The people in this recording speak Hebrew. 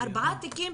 ארבעה תיקים,